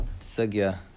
Sugya